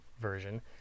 version